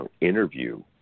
interview